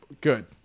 Good